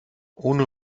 ohne